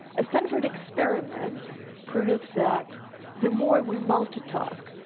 a stanford experiment proves that the more and we multitask,